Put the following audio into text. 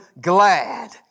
glad